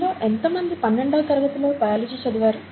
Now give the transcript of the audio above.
మీలో ఎంతమంది పన్నెండవ తరగతిలో బయాలజీ చదివారు